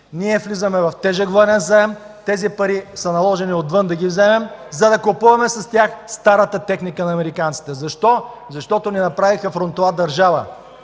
Ние влизаме в тежък военен заем. Тези пари са наложени отвън да ги вземем, за да купуваме с тях старата техника на американците. Защо? Защото ни направиха фронтова държава